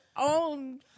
own